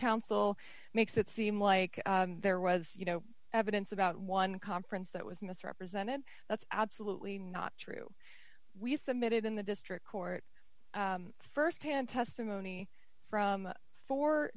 counsel makes it seem like there was you know evidence about one conference that was misrepresented that's absolutely not true we submitted in the district court st hand testimony from four